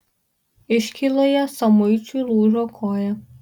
iškyloje samuičiui lūžo koja